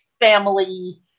family